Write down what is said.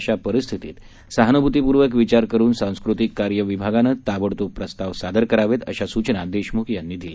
अशा परिस्थितीत सहानुभतीपूर्वक विचार करून सांस्कृतिक कार्य विभागानं ताबडतोब प्रस्ताव सादर करावेत अशा सूचना देशमुख यांनी दिल्या